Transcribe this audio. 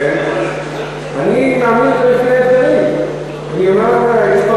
וחיים בקרבנו עדיין כאלה שלא